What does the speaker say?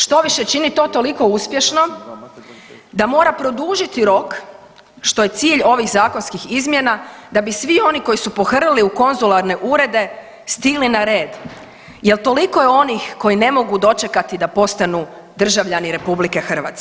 Štoviše, čini to toliko uspješno da mora produžiti rok, što je cilj ovih zakonskih izmjena, da bi svi oni koji su pohrlili u konzularne urede, stigli na red jer toliko je onih koji ne mogu dočekati da postanu državljani RH.